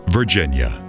Virginia